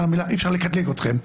לקטלג אתכם.